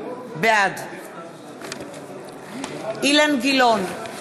בעד אילן גילאון,